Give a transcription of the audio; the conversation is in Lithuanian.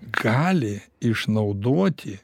gali išnaudoti